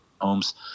homes